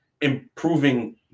improving